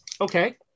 Okay